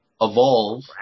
Evolve